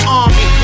army